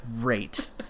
great